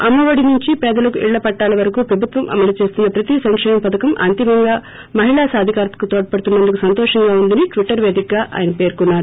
అమ్మ ఒడి నుండి పేదలకు ఇళ్ల పట్టాల వరకు ప్రభుత్వం అమలు చేస్తున్న ప్రతి సంకేమ పథకం అంతిమంగా మహిళా సాధికారతకు తోడ్చడుతున్నందుకు సంతోషంగా ఉందని ట్విటర్ పేదికగా ఆయన పేర్కొన్నారు